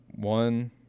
one